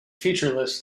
featureless